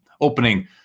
opening